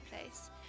place